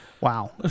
Wow